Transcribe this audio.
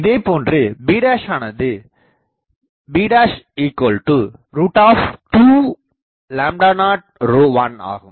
இதேபோன்று b ஆனதுb201 ஆகும்